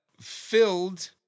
filled